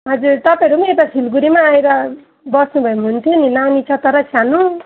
हजुर तपाईँहरू पनि यता सिलगुडीमै आएर बस्नुभयो भने हुन्थ्यो नि नानी छ तर सानो